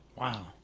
Wow